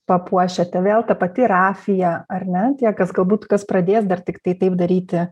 papuošiate vėl ta pati rafija ar ne tie kas galbūt kas pradės dar tiktai taip daryti